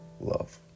love